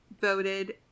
voted